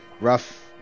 rough